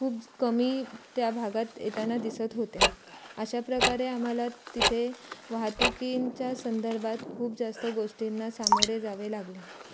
खूप कमी त्या भागात येताना दिसत होत्या अशा प्रकारे आम्हाला तिथे वाहतुकींच्या संदर्भात खूप जास्त गोष्टींना सामोरे जावे लागले